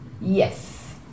Yes